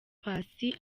paccy